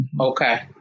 Okay